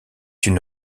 une